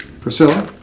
Priscilla